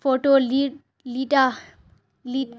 photo لی لیٹا لی